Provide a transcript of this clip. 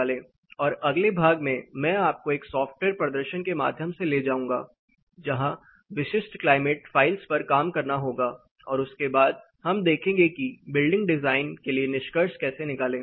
और अगले भाग मे मैं आपको एक सॉफ्टवेयर प्रदर्शन के माध्यम से ले जाऊंगा जहां विशिष्ट क्लाइमेट फाइलस पर काम करना होगा और उसके बाद हम देखेंगे कि बिल्डिंग डिजाइन के लिए निष्कर्ष कैसे निकालें